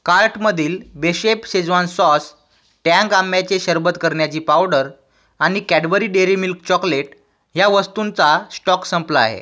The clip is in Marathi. कार्टमधील बेशेफ शेझवान सॉस ट्यांग आंब्याचे शरबत करन्याची पावडर आणि कॅडबरी डेअरी मिल्क चॉकलेट ह्या वस्तूंचा श्टॉक संपला आहे